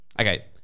okay